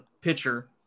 pitcher